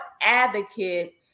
advocate